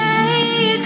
Take